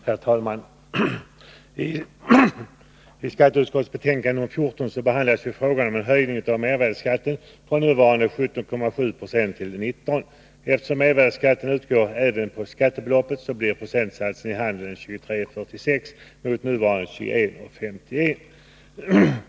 Herr talman! I skatteutskottets betänkande nr 14 behandlas frågan om en höjning av mervärdeskatten från nuvarande 17,7 90 till 19 90. Eftersom mervärdeskatten utgår även på skattebeloppet, blir procentsatsen i handel 23,46 26 mot nuvarande 21,51 20.